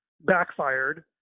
backfired